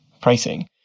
pricing